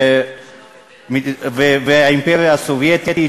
גרמניה הנאצית והאימפריה הסובייטית,